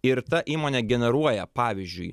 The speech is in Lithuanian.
ir ta įmonė generuoja pavyzdžiui